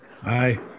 Hi